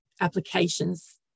applications